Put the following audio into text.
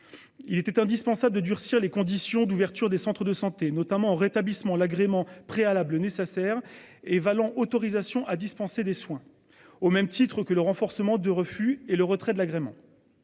Il était indispensable de durcir les conditions d'ouverture des centres de santé notamment rétablissement l'agrément préalable nécessaire et valant autorisation à dispenser des soins au même titre que le renforcement de refus et le retrait de l'agrément.